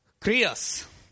Krios